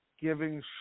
giving